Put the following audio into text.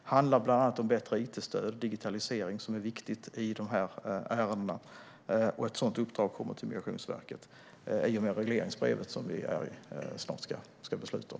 Det handlar bland annat om bättre it-stöd och digitalisering, vilket är viktigt i dessa ärenden. Ett sådant uppdrag kommer till Migrationsverket genom regleringsbrevet som vi snart ska fatta beslut om.